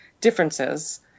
differences